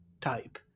type